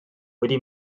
wedi